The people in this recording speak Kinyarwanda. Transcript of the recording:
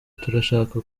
turashaka